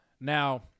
Now